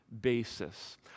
basis